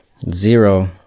Zero